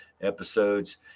episodes